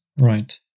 Right